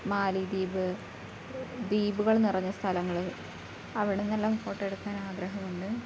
മാലിദ്വീപ് ദീപുകൾ നിറഞ്ഞ സ്ഥലങ്ങള് അവിടെ നിന്നെല്ലാം ഫോട്ടോ എടുക്കാൻ ആഗ്രഹമുണ്ട്